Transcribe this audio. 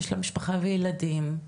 יש לה משפחה וילדים,